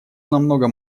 намного